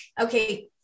okay